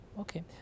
Okay